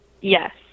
yes